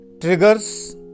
triggers